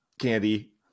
candy